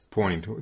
point